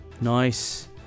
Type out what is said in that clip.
Nice